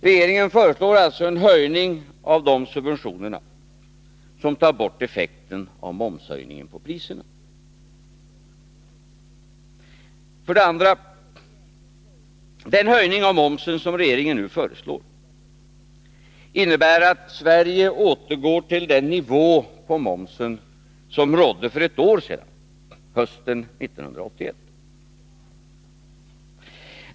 Regeringen föreslår alltså en höjning av de subventioner som tar bort effekten av momshöjningen på priserna. Vidare: Den höjning av momsen som regeringen föreslår innebär att Sverige återgår till den momsnivå som vi hade för ett år sedan, hösten 1981.